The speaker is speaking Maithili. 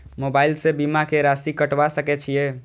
मोबाइल से बीमा के राशि कटवा सके छिऐ?